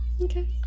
Okay